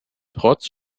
trotz